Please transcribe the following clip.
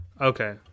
okay